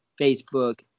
Facebook